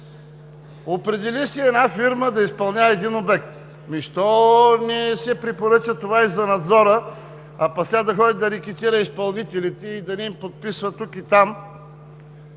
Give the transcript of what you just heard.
Определи се една фирма да изпълнява един обект. Защо не се препоръча това и за наздора, а сега да ходи да рекетира изпълнителите и да им подписва тук и там